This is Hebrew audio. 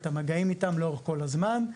את המגעים איתם לאורך כל הזמן.